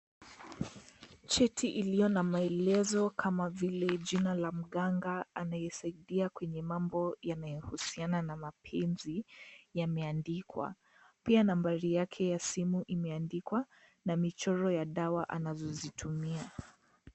Cheti iliyo na maelezo kama vile jina la mganga anayesaidia kwenye mambo yamehusiana na mapenzi yameandikwa. Pia nambari yake ya simu imeandikwa na michoro ya dawa anazozitumia.